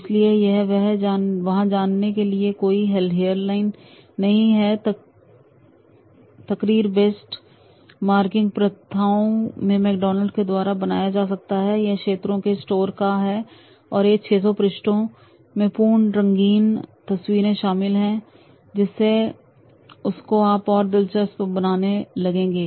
इसलिए यहां से वहां जाने के लिए कोई हेयरलाइन नहीं है तकरीर बेस्ट मार्किंग प्रथाओं को मैकडॉनल्ड्स के द्वारा बनाया जा सके यह क्षेत्रों के स्टोर का है और इन 600 पृष्ठों में पूर्ण रंगीन तस्वीरें शामिल है जिससे आपको यह और भी दिलचस्प लगेगा